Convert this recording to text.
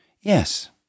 Yes